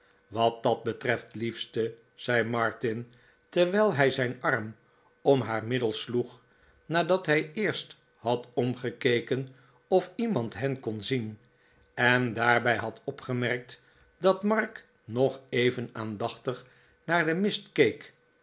wat dat betreft liefste zei martin terwijl hij zijn arm om haar middel sloeg nadat hij eerst had omgekeken of iemand hen kon zien en daarbij had opgemerkt dat mark nog even aandachtig naar den mist